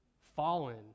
fallen